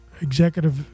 Executive